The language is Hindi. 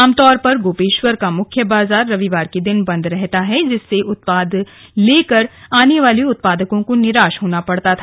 आम तौर पर गोपेश्वर का मुख्य बाजार रविवार के दिन बंद रहता है जिससे उत्पाद लेकर आने वाले उत्पादको को निराश होना पड़ता था